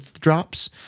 drops